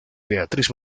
beatriz